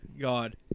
God